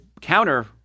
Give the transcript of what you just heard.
counter